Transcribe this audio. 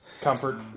Comfort